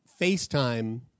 FaceTime